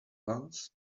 glass